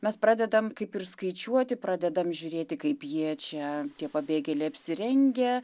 mes pradedam kaip ir skaičiuoti pradedam žiūrėti kaip jie čia tie pabėgėliai apsirengę